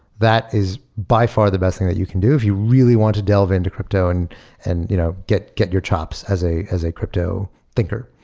that is by far the best thing that you can do if you really want to delve into crypto and and you know get get your chops as a as a crypto thinker.